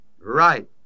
Right